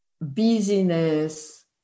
busyness